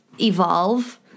evolve